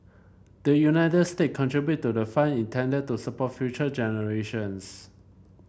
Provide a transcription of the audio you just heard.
the United State contribute to the fund intended to support future generations